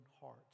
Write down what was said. hearts